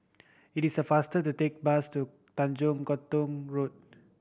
it is faster to take bus to Tanjong Katong Road